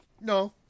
No